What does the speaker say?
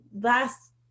last